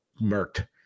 murked